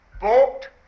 bought